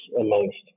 amongst